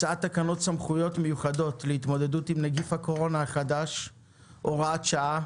הצעת תקנות סמכויות מיוחדות להתמודדות עם נגיף הקורונה החדש (הוראת שעה)